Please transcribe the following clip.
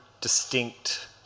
distinct